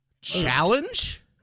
challenge